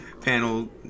panel